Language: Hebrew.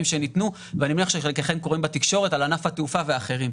שניתנו ואני מניח שחלקכם קוראים בתקשורת על ענף התעופה ואחרים,